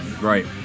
right